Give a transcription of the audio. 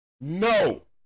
No